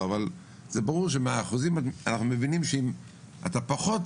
אבל זה ברור שמהאחוזים אנחנו מבינים שאם אתה פחות